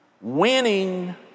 Winning